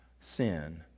sin